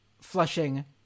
Flushing